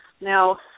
Now